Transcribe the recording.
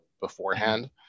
beforehand